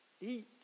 eat